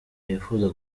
bifuza